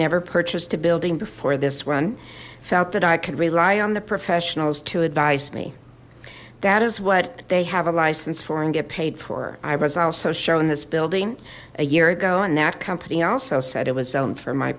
never purchased a building before this one felt that i could rely on the professionals to advise me that is what they have a license for and get paid for i was also shown this building a year ago and that company also said it was